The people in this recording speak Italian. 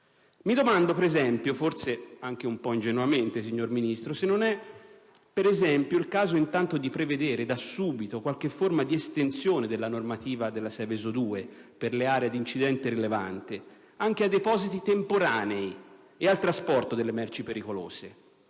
Mi domando, per esempio, forse anche un po' ingenuamente, signor Ministro, se non sia il caso di prevedere da subito qualche forma di estensione della normativa «Seveso 2» per le aree a rischio di incidente rilevante anche ai depositi temporanei e al trasporto delle merci pericolose.